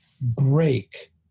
break